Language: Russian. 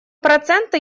проценты